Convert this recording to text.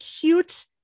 cute